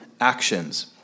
actions